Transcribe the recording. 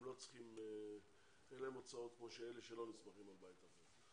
הם לא צריכים אין להם הוצאות כמו אלה שלא נסמכים על בית אחר.